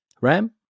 Ram